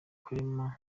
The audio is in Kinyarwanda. karema